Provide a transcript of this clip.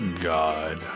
god